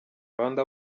rwanda